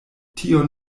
tion